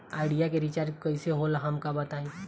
Idea के recharge कईसे होला हमका बताई?